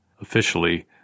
Officially